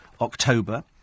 October